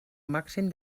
màxim